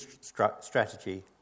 strategy